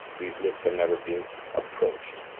these lifts have never been approached.